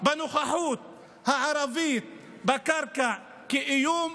בנוכחות הערבית בקרקע איום,